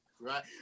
Right